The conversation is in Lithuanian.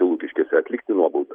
lukiškėse atlikti nuobaudas